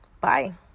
Bye